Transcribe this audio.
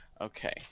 Okay